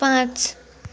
पाँच